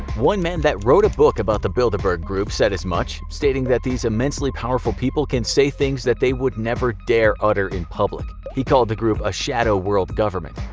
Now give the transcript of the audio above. one man that wrote a book about the bilderberg group said as much, stating that these immensely powerful people can say things that they would never dare utter in public. he called the group, a shadow world government.